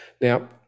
Now